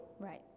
Right